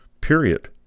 period